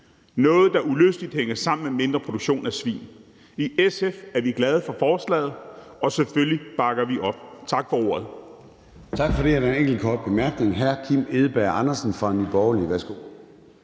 noget, der uløseligt hænger sammen med mindre produktion af svin. I SF er vi glade for forslaget, og selvfølgelig bakker vi op. Tak for ordet.